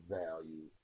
value